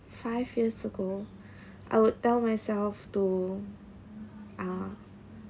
five years ago I would tell myself to uh